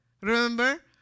Remember